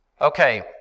Okay